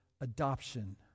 adoption